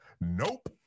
nope